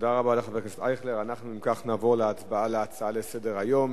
תודה רבה לחבר הכנסת אייכלר.